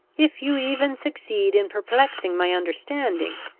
if you even succeed in perplexing my understanding,